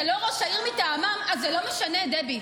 זה לא ראש העיר מטעמם, אז זה לא משנה, דבי.